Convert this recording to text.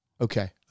Okay